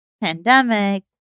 pandemic